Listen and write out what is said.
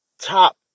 top